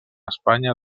espanya